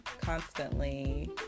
constantly